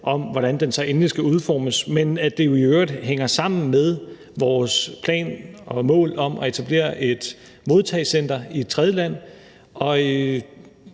om, hvordan den så endelig skal udformes, men at det jo i øvrigt hænger sammen med vores plan og mål om at etablere et modtagecenter i et tredje land.